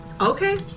Okay